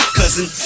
cousin